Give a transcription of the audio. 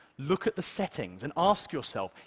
look at the settings and ask yourself,